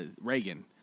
Reagan